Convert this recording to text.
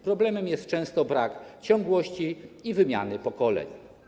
Problemem jest często brak ciągłości i wymiany pokoleń.